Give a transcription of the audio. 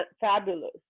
fabulous